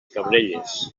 cabrelles